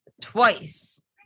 twice